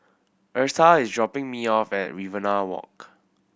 Eartha is dropping me off at Riverina Walk